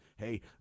hey